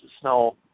snow